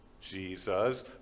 Jesus